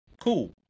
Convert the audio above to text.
Cool